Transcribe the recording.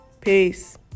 Peace